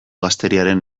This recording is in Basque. gazteriaren